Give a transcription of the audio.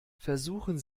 versuchen